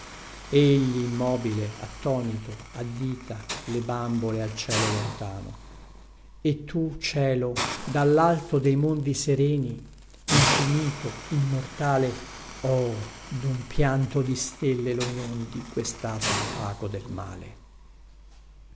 egli immobile attonito addita le bambole al cielo lontano e tu cielo dallalto dei mondi sereni infinito immortale oh dun pianto di stelle lo inondi questatomo opaco del male